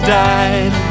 died